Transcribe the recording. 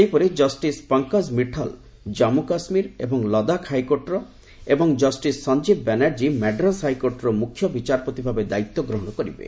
ସେହିପରି ଜଷ୍ଟିସ ପଙ୍କଜ ମିଠାଲ୍ ଜାମ୍ମୁ କାଶ୍ମୀର ଏବଂ ଲଦାଖ ହାଇକୋର୍ଟର ଏବଂ ଜଷ୍ଟିସ ସଞ୍ଜୀବ ବାନାର୍ଜୀ ମାଡ୍ରାସ ହାଇକୋର୍ଟର ମୁଖ୍ୟ ବିଚାରପତି ଭାବେ ଦାୟିତ୍ୱ ଗ୍ରହଣ କରିବେ